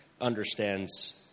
understands